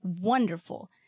wonderful